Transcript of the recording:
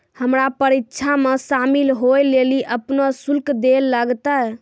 हमरा परीक्षा मे शामिल होय लेली अपनो शुल्क दैल लागतै